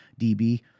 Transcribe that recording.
DB